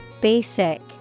Basic